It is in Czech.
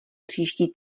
příští